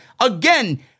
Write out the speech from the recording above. again